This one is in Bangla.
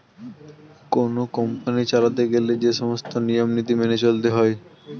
কোন কোম্পানি চালাতে গেলে যে সমস্ত নিয়ম নীতি মেনে চলতে হয়